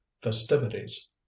festivities